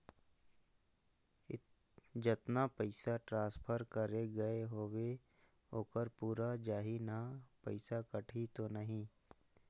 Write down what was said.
जतना पइसा ट्रांसफर करे गये हवे ओकर पूरा जाही न पइसा कटही तो नहीं?